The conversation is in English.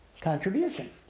contribution